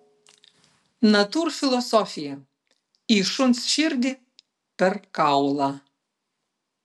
natūrfilosofija į šuns širdį per kaulą